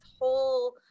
whole